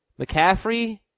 McCaffrey